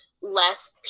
less